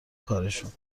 کارشون